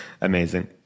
amazing